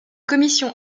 commission